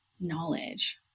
knowledge